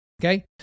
Okay